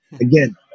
again